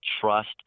trust